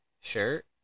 shirt